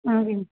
ஆ